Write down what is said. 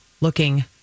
looking